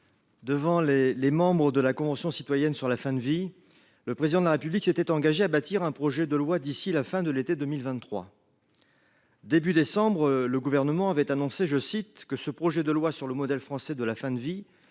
Devant les membres de la convention citoyenne sur la fin de vie, le Président de la République s’est engagé à bâtir un projet de loi avant la fin de l’été 2023. Au début du mois de décembre dernier, le Gouvernement a annoncé que ce projet de loi sur le modèle français de la fin de vie